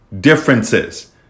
differences